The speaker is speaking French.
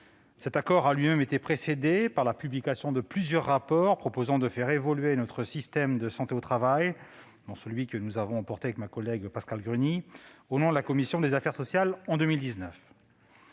Cet accord a lui-même été précédé par la publication de plusieurs rapports proposant de faire évoluer notre système de santé au travail, dont celui que j'ai porté avec ma collègue Pascale Gruny, au nom de la commission des affaires sociales, en 2019.